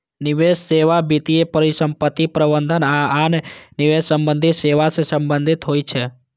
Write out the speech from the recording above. निवेश सेवा वित्तीय परिसंपत्ति प्रबंधन आ आन निवेश संबंधी सेवा सं संबंधित होइ छै